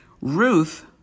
Ruth